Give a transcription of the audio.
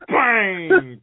Bang